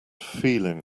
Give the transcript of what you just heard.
feeling